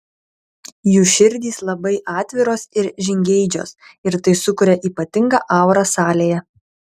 jų širdys labai atviros ir žingeidžios ir tai sukuria ypatingą aurą salėje